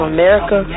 America